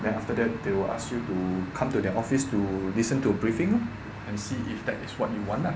then after that they will ask you to come to their office to listen to briefing lor and see if that is what you want lah